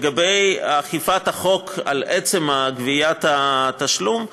לגבי אכיפת החוק על עצם גביית התשלום,